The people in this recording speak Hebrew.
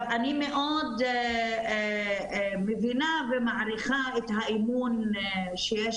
אני מאוד מבינה ומעריכה את האמון שיש